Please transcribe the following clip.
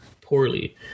poorly